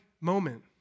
moment